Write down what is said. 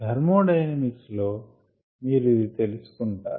thermodynamics లో మీరు ఇది తెలుసుకొంటారు